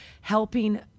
helping